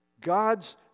God's